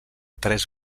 tres